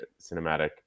cinematic